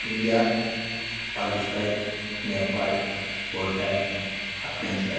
India Pakistan Nepal Bhutan Afghanistan